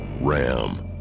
Ram